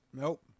Nope